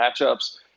matchups